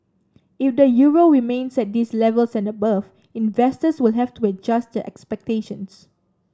if the euro remains at these levels and above investors will have to adjust their expectations